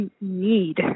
need